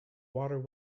water